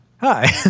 Hi